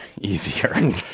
easier